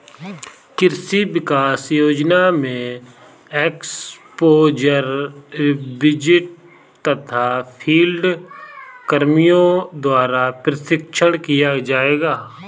कृषि विकास योजना में एक्स्पोज़र विजिट तथा फील्ड कर्मियों द्वारा प्रशिक्षण किया जाएगा